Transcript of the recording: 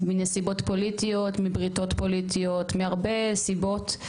מנסיבות פוליטיות, מבריתות פוליטיות, מהרבה סיבות.